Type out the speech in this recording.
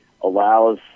allows